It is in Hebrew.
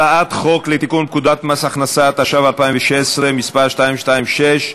הצעת חוק לתיקון פקודת מס הכנסה (מס' 226),